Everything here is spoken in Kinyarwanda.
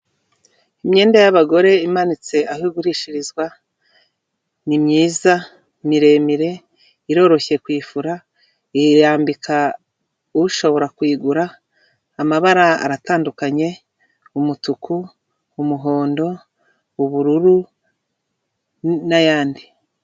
Imyenda y'abagore imanitse aho igurishirizwa, ni myiza, miremire, iroroshye kuyifura, yambika ushobora kuyigura, amabara aratandukanye, umutuku, umuhondo ubururu, n'ayandi.